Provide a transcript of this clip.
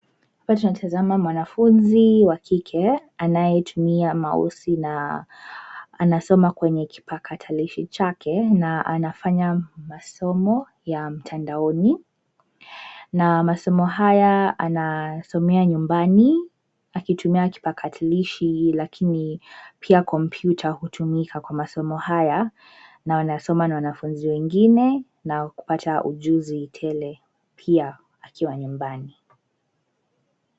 Hapa tunatazama mwanafunzi wa kike anayetumia mausi{cs] na anasoma kwenye kipakatalishi chake na anafanya masomo ya mtandaoni na masomo haya anasomea nyumbani akitumia kipakatalishi lakini pia kompyuta hutumika kwa masomo haya na anasoma na wanafunzi wengine na kupata ujuzi tele pia akiwa nyumbani.